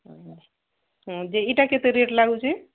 ହୁଁ ଯେ ଏଇଟା କେତେ ରେଟ୍ ଲାଗୁଛି